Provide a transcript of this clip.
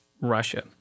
Russia